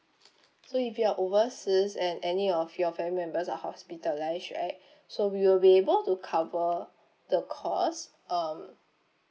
so if you are overseas and any of your family members are hospitalised right so we will be able to cover the cost um